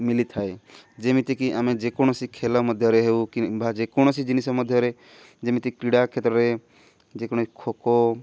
ମିଳିଥାଏ ଯେମିତିକି ଆମେ ଯେକୌଣସି ଖେଳ ମଧ୍ୟରେ ହେଉ କିମ୍ବା ଯେକୌଣସି ଜିନିଷ ମଧ୍ୟରେ ଯେମିତି କ୍ରୀଡ଼ା କ୍ଷେତ୍ରରେ ଯେକୌଣସି ଖୋଖୋ